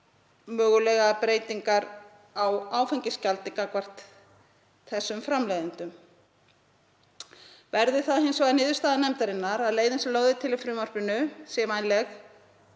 mögulegar breytingar á áfengisgjaldi gagnvart þessum framleiðendum. Verði það hins vegar niðurstaða nefndarinnar að leiðin sem lögð er til í frumvarpinu sé vænleg